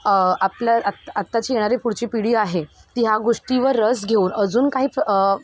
आपल्या आत्ताची येणारी पुढची पिढी आहे ती ह्या गोष्टीवर रस घेऊन अजून काही